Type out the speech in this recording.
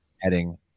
heading